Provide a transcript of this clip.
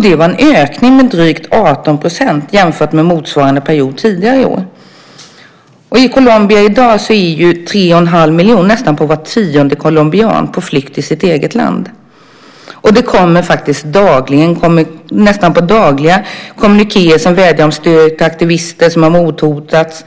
Det var en ökning med drygt 18 % jämfört med motsvarande period tidigare år. I Colombia är tre och en halv miljon, nästan var tionde colombian, på flykt i sitt eget land. Det kommer nästan dagligen kommunikéer som vädjar om stöd till aktivister som har mordhotats,